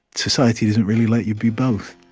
society doesn't really let you be both.